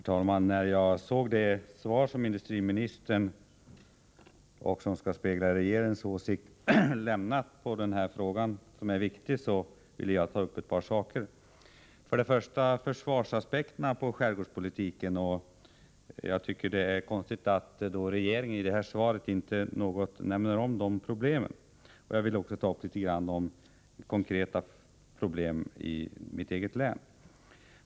Herr talman! Efter att ha tagit del av det svar som industriministern lämnat och som skall avspegla regeringens åsikt i den här viktiga frågan vill jag ta upp ett par saker. Först och främst gäller det försvarsaspekterna på skärgårdspolitiken. Det är konstigt att det i svaret inte nämns någonting om de problemen. Vidare skall jag beröra några konkreta problem i mitt eget län.